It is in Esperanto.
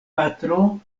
patro